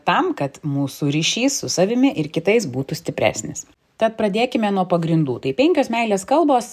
tam kad mūsų ryšys su savimi ir kitais būtų stipresnis tad pradėkime nuo pagrindų tai penkios meilės kalbos